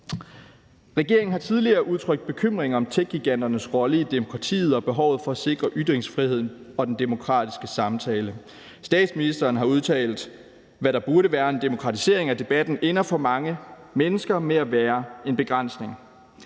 Regeringen har tidligere udtrykt bekymring om techgiganternes rolle i demokratiet og behovet for at sikre ytringsfriheden og den demokratiske samtale. Statsministeren har udtalt: »Hvad der burde være en demokratisering af debatten, ender for mange mennesker med at være en begrænsning.«